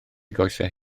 goesau